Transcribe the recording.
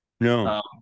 No